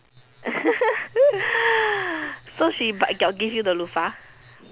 so she but got give you the loofah